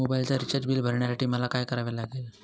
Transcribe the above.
Mobile recharge bill भरण्यासाठी मला काय करावे लागेल?